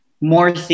more